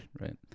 right